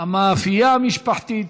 המאפייה המשפחתית,